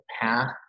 path